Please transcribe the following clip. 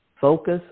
Focus